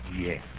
Yes